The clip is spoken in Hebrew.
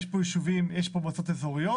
יש מועצות אזוריות,